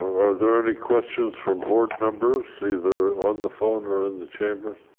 are there any questions from board numbers, caesar on the phone or in the chamber?